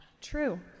True